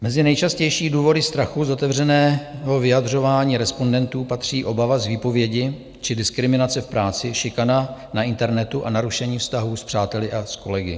Mezi nejčastější důvody strachu z otevřeného vyjadřování respondentů patří obava z výpovědi či diskriminace v práci, šikana na internetu a narušení vztahů s přáteli a s kolegy.